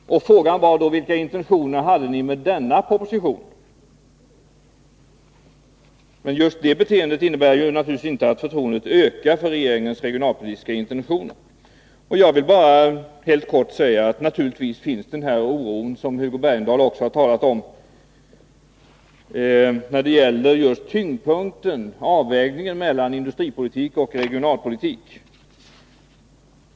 Frågan är vilka intentioner ni hade med denna proposition. Men just detta beteende innebär naturligtvis inte att förtroendet ökar för regeringens regionalpolitiska intentioner. Jag vill bara helt kort säga: Naturligtvis finns den här oron, som också Hugo Bergdahl har talat om, när det gäller just tyngdpunkten, avvägningen mellan industripolitik och regionalpolitik.